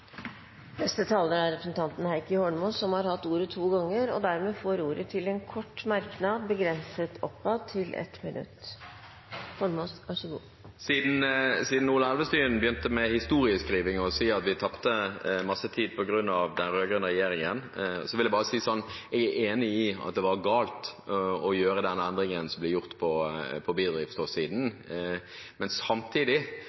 Representanten Heikki Eidsvoll Holmås har hatt ordet to ganger tidligere og får ordet til en kort merknad, begrenset til 1 minutt. Siden Ola Elvestuen begynte med historieskriving ved å si at vi tapte mye tid på grunn av den rød-grønne regjeringen, vil jeg bare si at jeg er enig i at det var galt å gjøre den endringen som ble gjort på